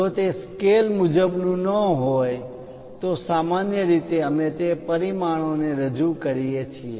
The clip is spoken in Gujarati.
જો તે સ્કેલ મુજબ ન હોય તો સામાન્ય રીતે અમે તે પરિમાણોને રજૂ કરીએ છીએ